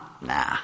nah